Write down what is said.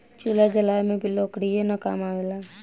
चूल्हा जलावे में भी लकड़ीये न काम आवेला